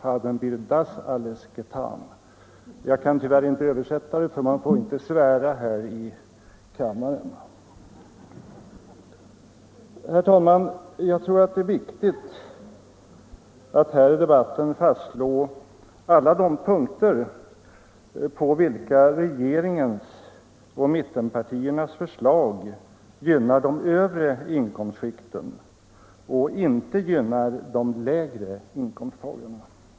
Haben wir das alles getan!” Jag kan tyvärr inte översätta det, eftersom man inte får svära här i kammaren. Herr talman! Jag tror att det är viktigt att här i debatten fastslå alla de punkter på vilka regeringens och mittenpartiernas förslag gynnar de övre inkomstskikten och inte de lägre inkomsttagarna.